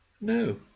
No